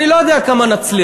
אני לא יודע כמה נצליח.